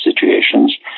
situations